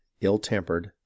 ill-tempered